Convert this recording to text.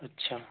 अच्छा